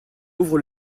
ouvre